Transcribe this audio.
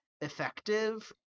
effective